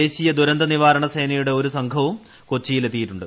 ദേശീയ ദുരന്ത നിവാരണ സേനയുടെ ഒരു സംഘവും കൊച്ചിയിൽ എത്തിയിട്ടുണ്ട്